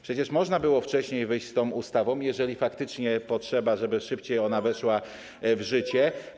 Przecież można było wcześniej wyjść z tą ustawą, jeżeli faktycznie potrzeba, żeby ona szybciej weszła w życie.